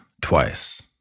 twice